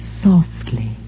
softly